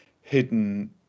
hidden